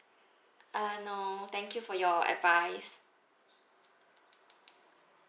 uh no thank you for your advice